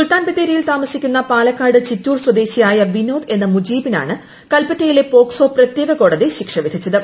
സുൽത്താൻബത്തേരിയിൽ താമസിക്കുന്ന പാലക്കാട് ചിറ്റൂർ സ്വദേശിയായ വിനോദ് എന്ന മുജീബിനാണ് കൽപ്പറ്റയിലെ പോക്സോ പ്രത്യേക കോടതി ശിക്ഷ വിധിച്ചത്